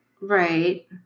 Right